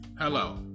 Hello